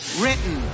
written